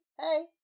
hey